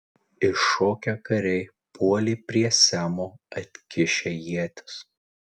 iššokę kariai puolė prie semo atkišę ietis